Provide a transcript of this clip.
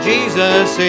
Jesus